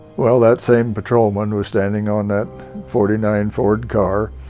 well, that same patrolman was standing on that forty nine ford car,